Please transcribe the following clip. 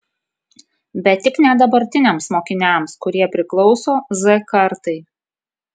bet tik ne dabartiniams mokiniams kurie priklauso z kartai